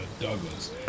Douglas